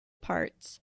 parts